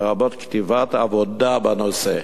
לרבות כתיבת עבודה בנושא.